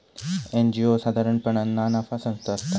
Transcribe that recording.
NGO साधारणपणान ना नफा संस्था असता